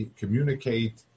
communicate